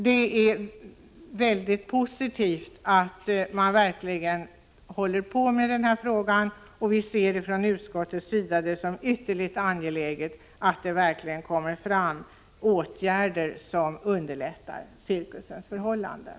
Det är mycket positivt att man verkligen håller på med den här frågan. Från utskottets sida ser vi det som ytterst angeläget att åtgärder verkligen vidtas som underlättar cirkusens förhållanden.